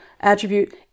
attribute